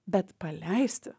bet paleisti